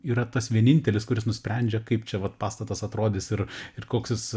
yra tas vienintelis kuris nusprendžia kaip čia vat pastatas atrodys ir ir koks jis